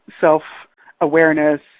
self-awareness